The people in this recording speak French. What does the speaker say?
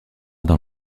dans